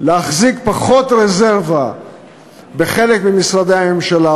להחזיק פחות רזרבה בחלק ממשרדי הממשלה,